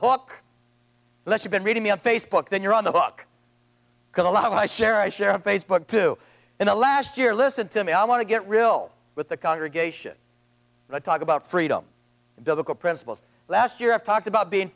hook let you've been reading me on facebook then you're on the hook because a lot of my share i share on facebook too in the last year listen to me i want to get real with the congregation and i talk about freedom biblical principles last year i've talked about being